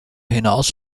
hinaus